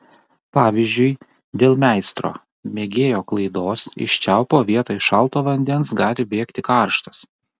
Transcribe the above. pavyzdžiui dėl meistro mėgėjo klaidos iš čiaupo vietoj šalto vandens gali bėgti karštas